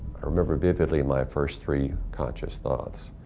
i remember vividly my first three conscious thoughts.